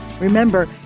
Remember